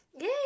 Yay